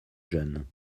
jeunes